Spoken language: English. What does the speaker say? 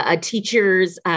teacher's